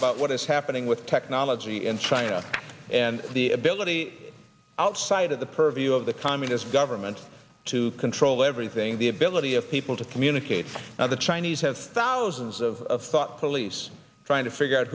about what is happening with technology in china and the ability outside of the purview of the communist government to control everything the ability of people to communicate now the chinese have thousands of thought police trying to figure out